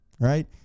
right